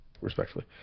Respectfully